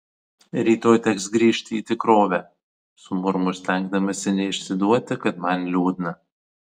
rytoj teks grįžti į tikrovę sumurmu stengdamasi neišsiduoti kad man liūdna